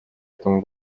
этому